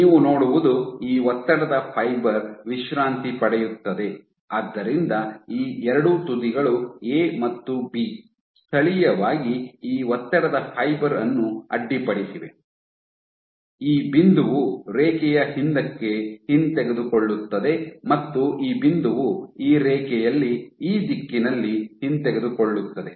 ನೀವು ನೋಡುವುದು ಈ ಒತ್ತಡದ ಫೈಬರ್ ವಿಶ್ರಾಂತಿ ಪಡೆಯುತ್ತದೆ ಆದ್ದರಿಂದ ಈ ಎರಡೂ ತುದಿಗಳು ಎ ಮತ್ತು ಬಿ ಸ್ಥಳೀಯವಾಗಿ ಈ ಒತ್ತಡದ ಫೈಬರ್ ಅನ್ನು ಅಡ್ಡಿಪಡಿಸಿವೆ ಈ ಬಿಂದುವು ರೇಖೆಯ ಹಿಂದಕ್ಕೆ ಹಿಂತೆಗೆದುಕೊಳ್ಳುತ್ತದೆ ಮತ್ತು ಈ ಬಿಂದುವು ಈ ರೇಖೆಯಲ್ಲಿ ಈ ದಿಕ್ಕಿನಲ್ಲಿ ಹಿಂತೆಗೆದುಕೊಳ್ಳುತ್ತದೆ